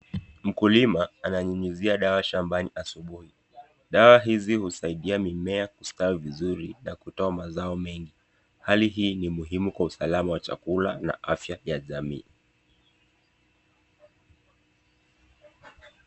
Mkulima ananyunyizia dawa shambani asubuhi. Dawa hizi husaidia mimea kustawi vizuri na kutoa mazao mengi hali hii ni muhimu kwa usalama wa chakula na afya ya jamii.